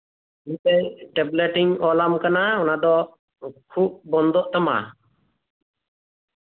ᱢᱤᱫᱴᱟᱝ ᱴᱮᱵᱞᱮᱴᱤᱧ ᱚᱞᱟᱢ ᱠᱟᱱᱟ ᱚᱱᱟ ᱫᱚ ᱠᱷᱩᱜ ᱵᱚᱱᱫᱚᱜ ᱛᱟᱢᱟ